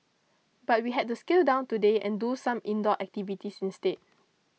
but we had to scale down today and do some indoor activities instead